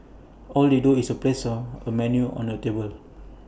all they do is place A a menu on your table